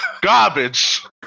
garbage